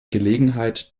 gelegenheit